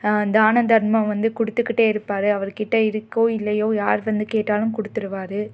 தானம் தர்மம் வந்து கொடுத்துக்கிட்டே இருப்பார் அவருக்கிட்டே இருக்கோ இல்லையோ யார் வந்து கேட்டாலும் கொடுத்துடுவாரு